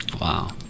wow